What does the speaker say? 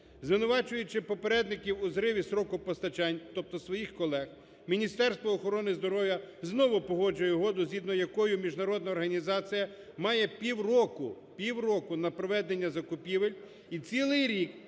Звинувачуючи попередників у зриві строку постачань, тобто своїх колег, Міністерство охорони здоров'я знову погоджує угоду, згідно якої міжнародна організація має півроку, півроку на проведення закупівель і цілий рік